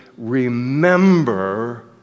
remember